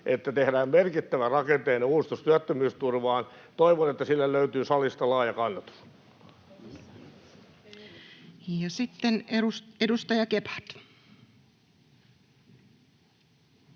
että tehdään merkittävä rakenteellinen uudistus työttömyysturvaan. Toivon, että sille löytyy salista laaja kannatus. [Speech 137]